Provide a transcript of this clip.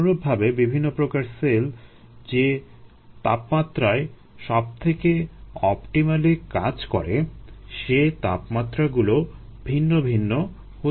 অনুরূপভাবে বিভিন্ন প্রকার সেল যে তাপমাত্রায় সবথেকে অপটিমালি কাজ করে সে তাপমাত্রাগুলো ভিন্ন ভিন্ন হতে পারে